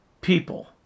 people